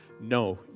no